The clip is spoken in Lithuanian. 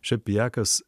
šiaip pijakas